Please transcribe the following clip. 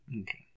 Okay